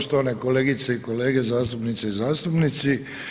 Štovane kolegice i kolege zastupnice i zastupnici.